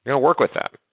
you don't work with them.